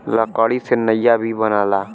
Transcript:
लकड़ी से नइया भी बनला